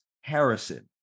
Harrison